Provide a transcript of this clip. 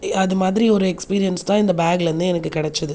அது மாதிரி ஒரு எக்ஸ்பீரியன்ஸ் தான் இந்த பேக்லேருந்து எனக்கு கிடைச்சுது